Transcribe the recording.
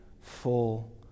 full